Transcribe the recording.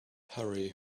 harry